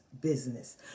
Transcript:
business